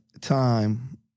time